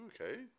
okay